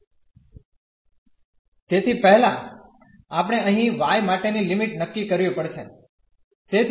તેથી પહેલા આપણે અહીં y માટેની લિમિટ નક્કી કરવી પડશે